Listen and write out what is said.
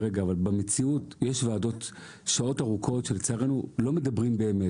במציאות יש ועדות שיושבות שעות ארוכות ולצערנו לא מדברים באמת